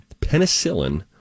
Penicillin